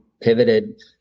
pivoted